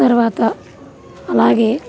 తర్వాత అలాగే